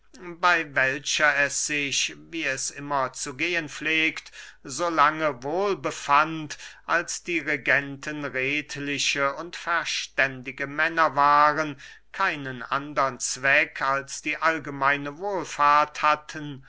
bey welcher es sich wie es immer zu gehen pflegt so lange wohl befand als die regenten redliche und verständige männer waren keinen andern zweck als die allgemeine wohlfahrt hatten